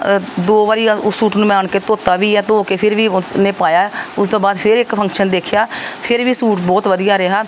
ਦੋ ਵਾਰ ਅ ਉਸ ਸੂਟ ਨੂੰ ਮੈਂ ਆਣ ਕੇ ਧੋਤਾ ਵੀ ਆ ਧੋ ਕੇ ਫਿਰ ਵੀ ਉਸਨੇ ਪਾਇਆ ਉਸ ਤੋਂ ਬਾਅਦ ਫਿਰ ਇੱਕ ਫੰਕਸ਼ਨ ਦੇਖਿਆ ਫਿਰ ਵੀ ਸੂਟ ਬਹੁਤ ਵਧੀਆ ਰਿਹਾ